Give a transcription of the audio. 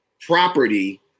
property